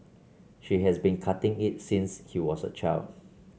she has been cutting it since he was a child